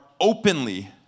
openly